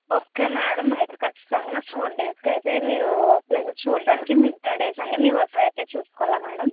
okay madam ఖచ్చితంగా ఈ four డేస్కి అయితే మీరు ప్లేసెస్ చూడ్డానికి మిగతా డేస్ అన్ని మీ వర్క్ అయితే చూసుకొవాలి మేడం